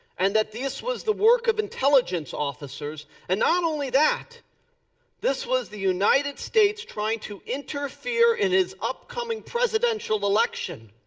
and that this was the work of intelligence officers and not only that this was the united states trying to interfere in his upcoming presidential election.